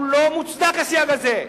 הוא לא מוצדק הסייג הזה.